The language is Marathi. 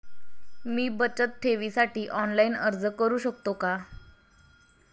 मी बचत ठेवीसाठी ऑनलाइन अर्ज करू शकतो का?